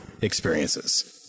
experiences